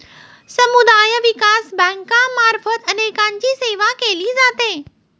समुदाय विकास बँकांमार्फत अनेकांची सेवा केली जाते